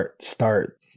start